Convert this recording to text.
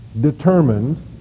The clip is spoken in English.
determined